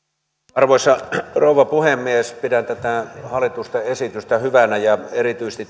arvoisa rouva puhemies pidän tätä hallituksen esitystä hyvänä ja erityisesti